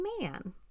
man